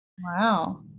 Wow